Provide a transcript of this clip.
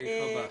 סעיף הבא.